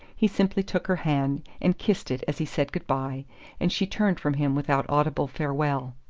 he simply took her hand and kissed it as he said good-bye and she turned from him without audible farewell.